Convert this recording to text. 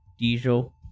Diesel